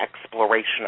exploration